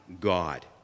God